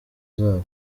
zabo